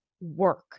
work